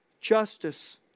justice